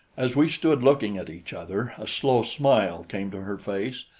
as we stood looking at each other, a slow smile came to her face,